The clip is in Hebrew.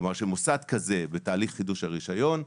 כשמוסד כזה נמצא בזמן חידוש רישיון,